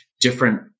different